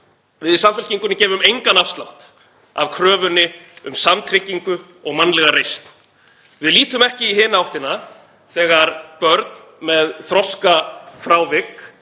Við í Samfylkingunni gefum engan afslátt af kröfunni um samtryggingu og mannlega reisn. Við lítum ekki í hina áttina þegar börn með þroskafrávik